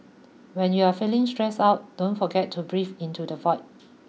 when you are feeling stressed out don't forget to breathe into the void